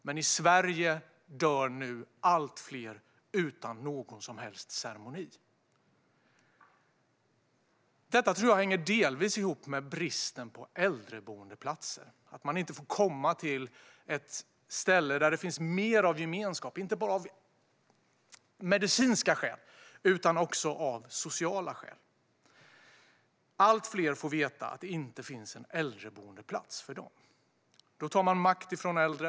Men i Sverige dör allt fler utan någon som helst ceremoni. Jag tror att det delvis hänger ihop med bristen på äldreboendeplatser. De äldre får inte komma till ett ställe där det finns mer av gemenskap. Äldreboenden behövs inte bara av medicinska skäl utan också av sociala skäl. Men allt fler får veta att det inte finns någon äldreboendeplats för dem. Då tar man makt ifrån äldre.